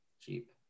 Cheap